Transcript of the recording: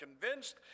convinced